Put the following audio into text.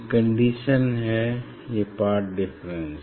ये कंडीशंस हैं ये पाथ डिफरेंस